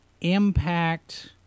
impact